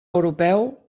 europeu